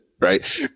right